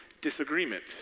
disagreement